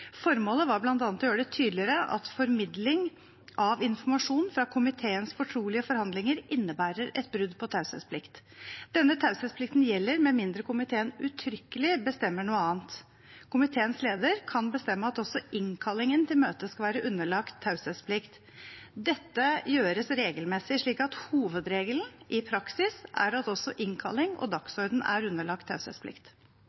Formålet var bl.a. å gjøre det tydeligere at formidling av informasjon fra komiteens fortrolige forhandlinger innebærer et brudd på taushetsplikt. Denne taushetsplikten gjelder med mindre komiteen uttrykkelig bestemmer noe annet. Komiteens leder kan bestemme at også innkallingen til møtet skal være underlagt taushetsplikt. Dette gjøres regelmessig, slik at hovedregelen i praksis er at også innkalling og